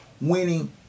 winning